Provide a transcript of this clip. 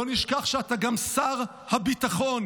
לא נשכח שאתה גם שר הביטחון,